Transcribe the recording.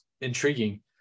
intriguing